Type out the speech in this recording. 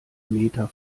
meter